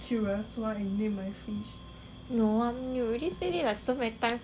no ah you already said it like so many times eh you wanna say like zillion times is it